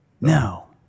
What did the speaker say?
No